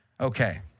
Okay